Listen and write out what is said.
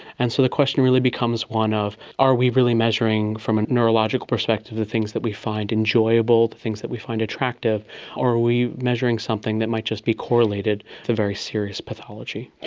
and so the question really becomes one of are we really measuring from a neurological perspective the things that we find enjoyable, the things that we find attractive, or are we measuring something that might just be correlated to very serious pathology.